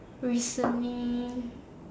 recently